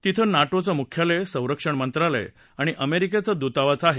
तिथं नाटोचं मुख्यालय संरक्षण मंत्रालय आणि अमेरिकेचं दूतावास आहे